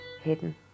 hidden